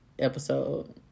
episode